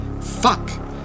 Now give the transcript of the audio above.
Fuck